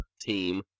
team